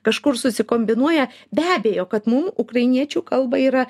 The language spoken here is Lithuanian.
kažkur susikombinuoja be abejo kad mum ukrainiečių kalbą yra